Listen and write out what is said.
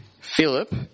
Philip